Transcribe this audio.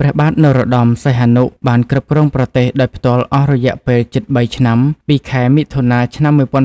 ព្រះបាទនរោត្តម សីហនុបានគ្រប់គ្រងប្រទេសដោយផ្ទាល់អស់រយៈពេលជិតបីឆ្នាំ ពីខែមិថុនា ឆ្នាំ១៩៥២